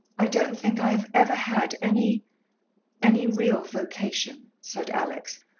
i don't think i have ever had any any real vocation, said alex,